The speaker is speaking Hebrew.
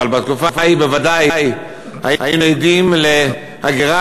אבל בתקופה ההיא בוודאי היינו עדים להגירה